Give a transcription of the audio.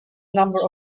number